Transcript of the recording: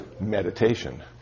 meditation